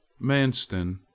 manston